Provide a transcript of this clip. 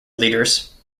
leaders